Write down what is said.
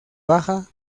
baja